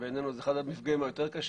שבעינינו זה אחד המפגעים היותר קשים.